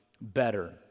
better